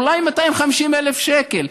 אולי 250,000 שקל,